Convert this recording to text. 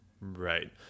Right